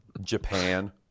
Japan